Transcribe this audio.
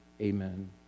Amen